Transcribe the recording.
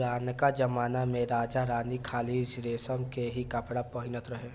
पुरनका जमना में राजा रानी खाली रेशम के ही कपड़ा पहिनत रहे